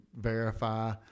verify